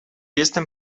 jestem